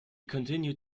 continued